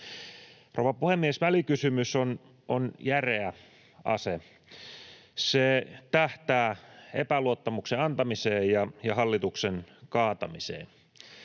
Rouva puhemies! Välikysymys on järeä ase. Se tähtää epäluottamuksen antamiseen ja hallituksen kaatamiseen.